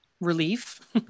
relief